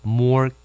more